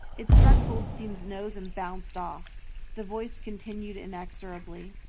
it struck goldstein's nose and bounced off the voice continued inexorably.